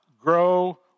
grow